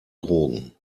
drogen